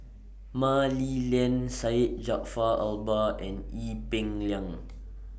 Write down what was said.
Mah Li Lian Syed Jaafar Albar and Ee Peng Liang